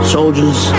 Soldiers